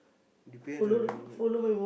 depends on your mood